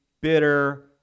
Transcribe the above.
bitter